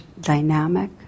dynamic